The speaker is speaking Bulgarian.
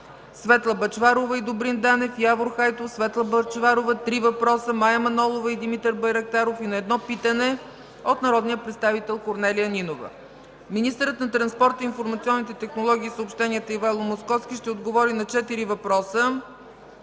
Светла Бъчварова и Добрин Данев, Явор Хайтов, Светла Бъчварова – три въпроса, Мая Манолова, и Димитър Байрактаров и на едно питане от народния представител Корнелия Нинова; – министърът на транспорта, информационните технологии и съобщенията Ивайло Московски ще отговори на четири въпроса